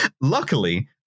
Luckily